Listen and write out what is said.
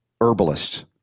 herbalists